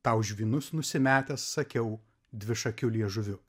tau žvynus nusimetęs sakiau dvišakiu liežuviu